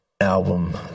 album